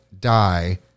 die